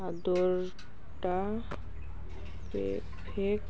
ଅର୍ଡ଼ର୍ଟା ପେକ୍ଫେକ୍